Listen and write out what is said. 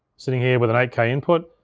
sitting here with an eight k input.